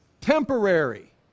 temporary